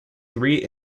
three